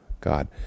God